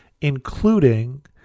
Including